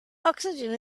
oxygen